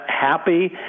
happy